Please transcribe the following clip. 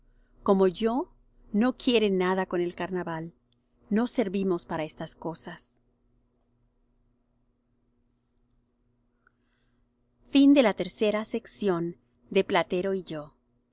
como yo no quiere nada con el carnaval no servimos para estas cosas xxxiv el pozo el pozo platero qué